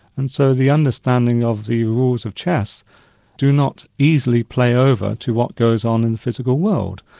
and so the understanding of the rules of chess do not easily play over to what goes on in the physical world.